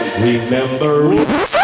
Remember